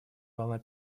волна